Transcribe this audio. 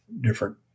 different